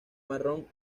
marrón